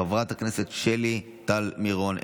חברת הכנסת שלי טל מירון,